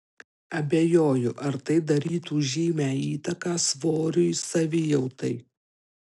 abejoju ar tai darytų žymią įtaką svoriui savijautai